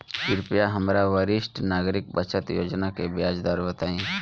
कृपया हमरा वरिष्ठ नागरिक बचत योजना के ब्याज दर बताई